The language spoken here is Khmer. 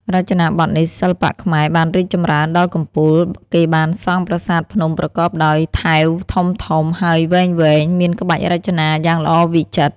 រចនាបថនេះ សិល្បៈខ្មែរបានរីកចំរីនដល់កំពូល គេបានសង់ប្រាសាទភ្នំប្រកបដោយថែវធំៗ ហើយវែងៗ មានក្បាច់រចនាយ៉ាងល្អវិចិត្រ ។